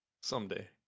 Someday